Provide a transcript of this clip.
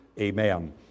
amen